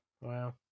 wow